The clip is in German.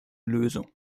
lösung